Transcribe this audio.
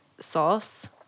sauce